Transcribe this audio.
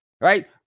Right